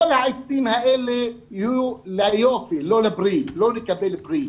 כל העצים האלה יהיו ליופי ולא לקבלת פרי.